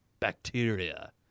bacteria